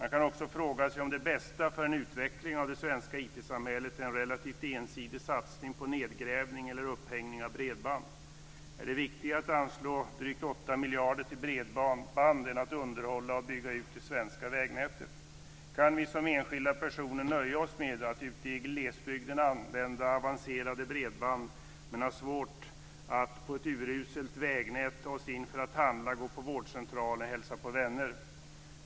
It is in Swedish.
Man kan också fråga sig om det bästa för en utveckling av det svenska IT-samhället är en relativt ensidig satsning på nedgrävning eller upphängning av bredband. Kan vi som enskilda personer nöja oss med att ute i glesbygden använda avancerade bredband men ha svårt att på ett uruselt vägnät ta oss in för att handla, gå på vårdcentralen eller hälsa på vänner?